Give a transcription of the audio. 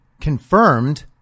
confirmed